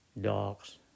dogs